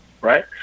right